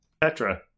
Petra